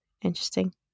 interesting